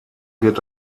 wird